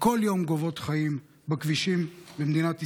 וכל יום גובות חיים בכבישים במדינת ישראל.